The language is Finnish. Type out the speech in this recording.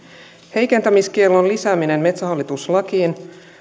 heikentämiskiellon lisääminen metsähallitus lakiin